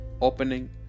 opening